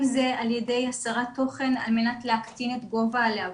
זה על ידי הסרת תוכן על מנת להקטין את גובה הלהבות.